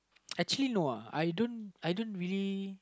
actually no uh I don't I don't really